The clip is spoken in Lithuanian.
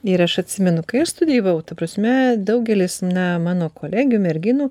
ir aš atsimenu kai aš studijavau ta prasme daugelis ne mano kolegių merginų